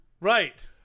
Right